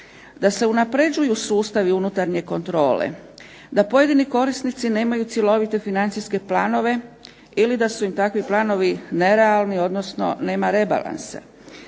da se unapređuju sustavi unutarnje kontrole, da pojedini korisnici nemaju cjelovite financijske planove ili da su im takvi planovi nerealni, odnosno nema rebalansa,